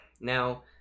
Now